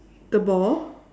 the ball